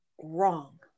wrong